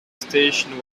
station